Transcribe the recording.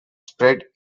spread